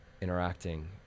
interacting